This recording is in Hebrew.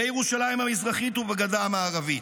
בירושלים המזרחית ובגדה המערבית.